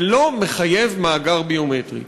זה לא מחייב מאגר ביומטרי.